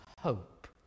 hope